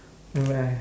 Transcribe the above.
nevermind